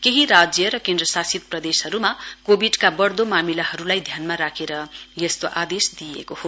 केही राज्य र केन्द्र शासित प्रदेशहरुमा कोविडका बढ्दो मामिलाहरुलाई ध्यानमा राखेर यस्तो आदेश दिइएको हो